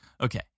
okay